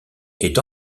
est